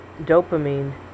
dopamine